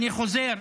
אני חוזר,